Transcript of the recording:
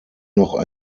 noch